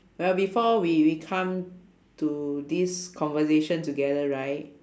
well before we we come to this conversation together right